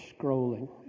scrolling